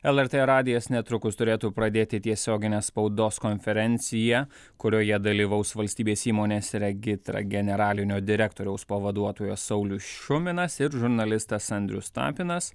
lrt radijas netrukus turėtų pradėti tiesioginę spaudos konferenciją kurioje dalyvaus valstybės įmonės regitra generalinio direktoriaus pavaduotojas saulius šuminas ir žurnalistas andrius tapinas